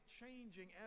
changing